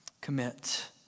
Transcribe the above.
commit